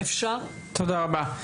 תודה רבה.